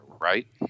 right